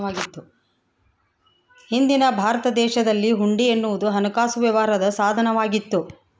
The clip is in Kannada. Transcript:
ಹಿಂದಿನ ಭಾರತ ದೇಶದಲ್ಲಿ ಹುಂಡಿ ಎನ್ನುವುದು ಹಣಕಾಸು ವ್ಯವಹಾರದ ಸಾಧನ ವಾಗಿತ್ತು